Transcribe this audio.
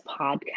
podcast